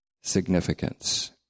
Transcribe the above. significance